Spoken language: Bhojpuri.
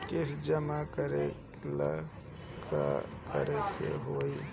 किस्त जमा करे ला का करे के होई?